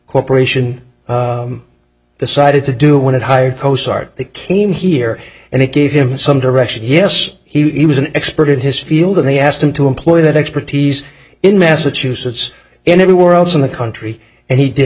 corporation decided to do when it hired costarred they came here and they gave him some direction yes he was an expert in his field and they asked him to employ that expertise in massachusetts and everywhere else in the country and he did